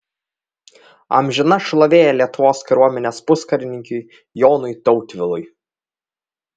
amžina šlovė lietuvos kariuomenės puskarininkiui jonui tautvilui